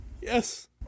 yes